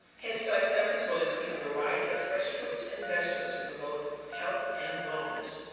head start families will increase variety of fresh fruit and vegetables to promote health and wellness.